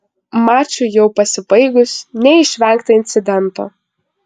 mačui jau pasibaigus neišvengta incidento